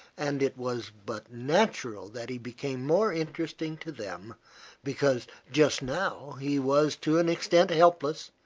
and it was but natural that he became more interesting to them because just now he was to an extent helpless,